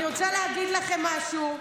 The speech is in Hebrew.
אני רוצה להגיד לכם משהו.